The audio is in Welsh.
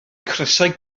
crysau